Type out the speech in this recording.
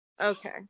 okay